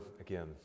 again